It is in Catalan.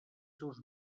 seus